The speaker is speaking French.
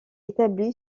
établie